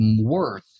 worse